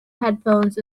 headphones